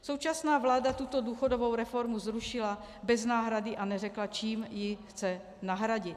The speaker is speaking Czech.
Současná vláda tuto důchodovou reformu zrušila bez náhrady a neřekla, čím ji chce nahradit.